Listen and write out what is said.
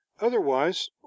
otherwise